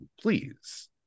please